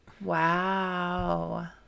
Wow